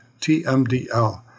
TMDL